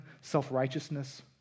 self-righteousness